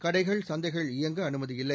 கடைகள் சந்தைகள் இயங்க அனுமதியில்லை